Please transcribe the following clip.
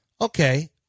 okay